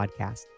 podcast